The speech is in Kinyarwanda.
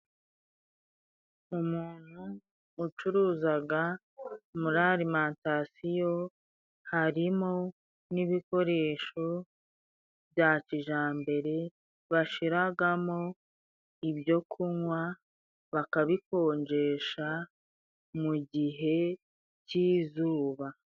Umuntu ucuruza muri arimantasiyo, harimo n'ibikoresho bya kijyambere, bashyiramo ibyo kunywa, bakabikonjesha, mu gihe cy'izuba.